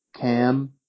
Cam